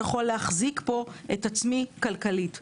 שיגיע לנו סל הקליטה כי אנחנו לא יכול להחזיק את עצמנו כלכלית פה.